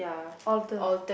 alter